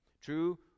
True